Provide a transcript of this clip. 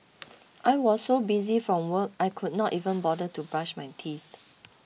I was so busy from work I could not even bother to brush my teeth